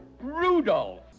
rudolph